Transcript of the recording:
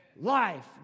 life